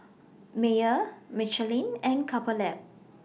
Mayer Michelin and Couple Lab